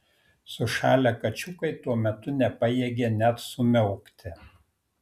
sušalę kačiukai tuo metu nepajėgė net sumiaukti